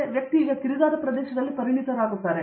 ಈ ವ್ಯಕ್ತಿ ಈಗ ಕಿರಿದಾದ ಪ್ರದೇಶದಲ್ಲಿ ಪರಿಣಿತನಾಗಿದ್ದಾನೆ